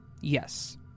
Yes